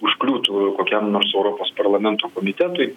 užkliūtų kokiam nors europos parlamento komitetui